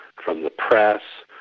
from the press,